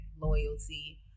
loyalty